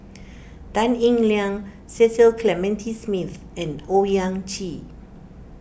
Tan Eng Liang Cecil Clementi Smith and Owyang Chi